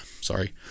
sorry